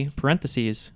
parentheses